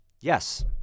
yes